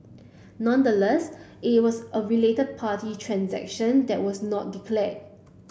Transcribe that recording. nonetheless it was a related party transaction that was not declared